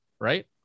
right